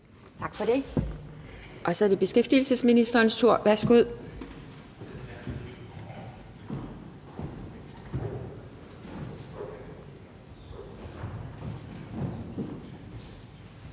Tak for det. Så er det beskæftigelsesministerens tur. Værsgo.